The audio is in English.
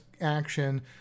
action